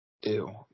Ew